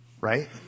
Right